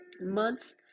months